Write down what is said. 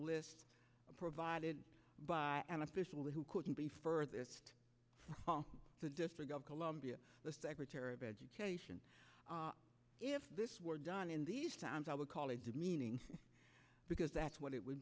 list provided by an official who couldn't be further from the district of columbia the secretary of education if this were done in these times i would call it demeaning because that's what it w